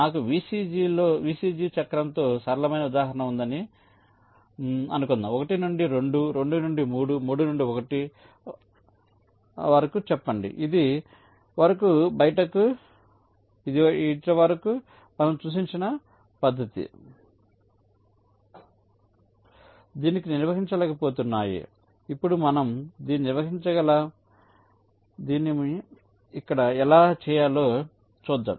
నాకు VCG చక్రంతో సరళమైన ఉదాహరణ ఉందని అనుకుందాం 1 నుండి 2 2 నుండి 3 3 నుండి 1 వరకు చెప్పండి ఇప్పటివరకు మనం చూసిన పద్ధతులు దీనిని నిర్వహించలేకపోతున్నాయి ఇప్పుడు మనం దీన్ని ఇక్కడ ఎలా చేయాలో చూద్దాం